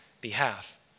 behalf